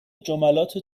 جملات